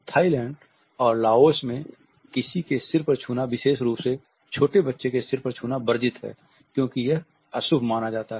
Thailand और Laos में किसी के सिर पर छूना विशेष रूप से छोटे बच्चों के सिर पर छूना वर्जित है क्योंकि यह अशुभ माना जाता है